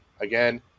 Again